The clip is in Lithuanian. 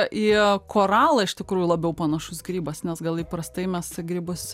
į koralą iš tikrųjų labiau panašus grybas nes gal įprastai mes grybus